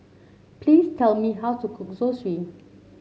please tell me how to cook Zosui